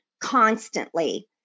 constantly